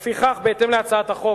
לפיכך, בהתאם להצעת החוק,